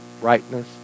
brightness